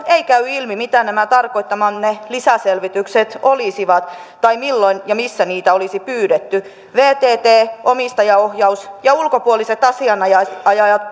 ei käy ilmi mitä nämä tarkoittamanne lisäselvitykset olisivat tai milloin ja missä niitä olisi pyydetty vtv omistajaohjaus ja ulkopuoliset asianajajat